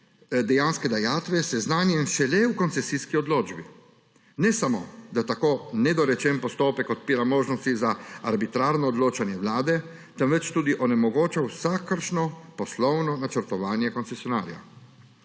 dejanske dajatve seznanjen šele v koncesijski odločbi. Ne samo, da tako nedorečen postopek odpira možnosti za arbitrarno odločanje Vlade, temveč tudi onemogoča vsakršno poslovno načrtovanje koncesionarja.